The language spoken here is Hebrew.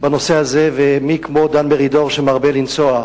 בנושא הזה, ומי כמו דן מרידור, שמרבה לנסוע,